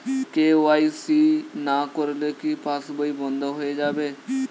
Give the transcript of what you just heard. KYC না করলে কি পাশবই বন্ধ হয়ে যাবে?